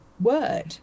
word